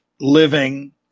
living